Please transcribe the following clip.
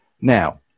Now